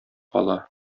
кала